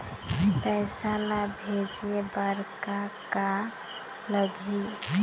पैसा ला भेजे बार का का लगही?